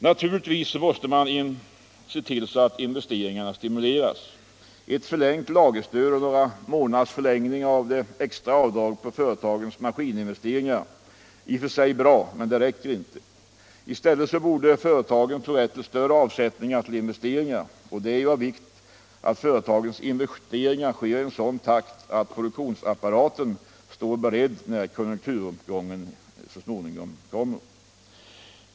Naturligtvis måste man se till att investeringarna stimuleras. Ett förlängt lagerstöd och några månaders förlängning av det extra avdraget för företagens maskininvesteringar är i och för sig bra men räcker inte. I stället borde företagen få rätt till större avsättningar för investeringar. Det är ju av vikt att företagens investeringar sker i sådan takt att produktionsapparaten står beredd när konjunkturuppgången kommer.